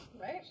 Right